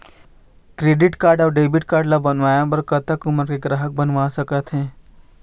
Credit card अऊ debit card ला बनवाए बर कतक उमर के ग्राहक बनवा सका थे?